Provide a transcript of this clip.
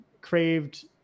craved